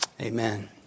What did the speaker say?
Amen